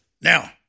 Now